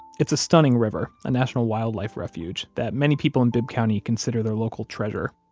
it's a stunning river, a national wildlife refuge, that many people in bibb county consider their local treasure.